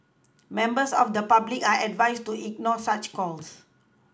members of the public are advised to ignore such calls